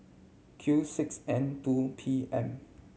Q six N two P M